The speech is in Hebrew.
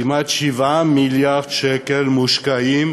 כמעט 7 מיליארד שקל מושקעים,